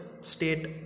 state